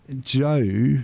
Joe